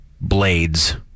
blades